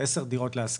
10 דירות להשכרה,